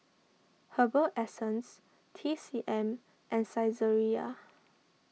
Herbal Essences T C M and Saizeriya